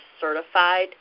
certified